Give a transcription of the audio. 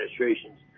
administrations